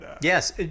Yes